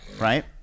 right